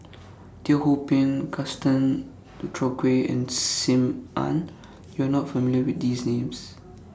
Teo Ho Pin Gaston Dutronquoy and SIM Ann YOU Are not familiar with These Names